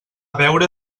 veure